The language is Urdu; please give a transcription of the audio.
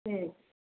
ٹھیک